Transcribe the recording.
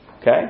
Okay